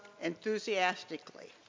enthusiastically